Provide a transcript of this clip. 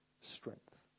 strength